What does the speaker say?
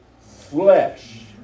flesh